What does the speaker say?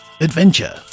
Adventure